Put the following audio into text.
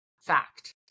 fact